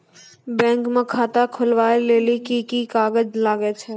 Bank म खाता खोलवाय लेली की की कागज लागै छै?